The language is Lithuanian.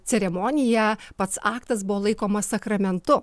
ceremonija pats aktas buvo laikomas sakramentu